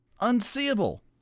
unseeable